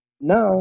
now